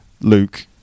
Luke